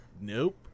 nope